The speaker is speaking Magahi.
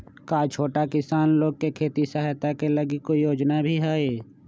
का छोटा किसान लोग के खेती सहायता के लगी कोई योजना भी हई?